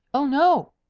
oh, no!